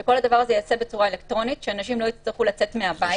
ושכל הדבר הזה ייעשה בצורה אלקטרונית כדי שאנשים לא יצטרכו לצאת מהבית.